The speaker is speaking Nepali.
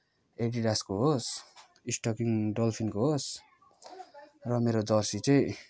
बुट एडिडासको होस् स्टकिङ डल्फिनको होस् र मेरो जर्सी चहिँ